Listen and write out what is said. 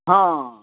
हँ